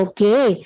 Okay